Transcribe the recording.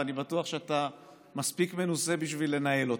ואני בטוח שאתה מספיק מנוסה בשביל לנהל אותה.